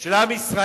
של עם ישראל?